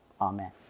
Amen